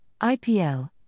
IPL